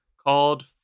called